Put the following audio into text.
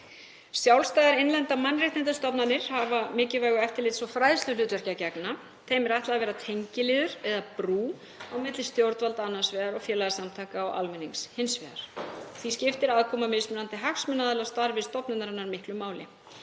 Sjálfstæðar innlendar mannréttindastofnanir hafa mikilvægu eftirlits- og fræðsluhlutverki að gegna. Þeim er ætlað að vera tengiliður eða brú á milli stjórnvalda annars vegar og félagasamtaka og almennings hins vegar. Því skiptir aðkoma mismunandi hagsmunaaðila starf stofnunarinnar miklu máli.